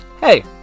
Hey